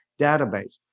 database